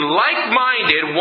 like-minded